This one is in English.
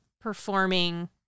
performing